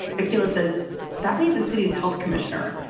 akeela says that made the city's health commissioner,